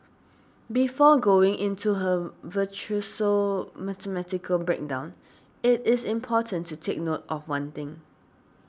before going into her virtuoso mathematical breakdown it is important to take note of one thing